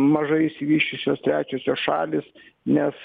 mažai išsivysčiusios trečiosios šalys nes